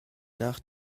nach